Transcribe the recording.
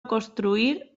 construir